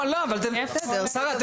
שרה,